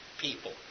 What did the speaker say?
people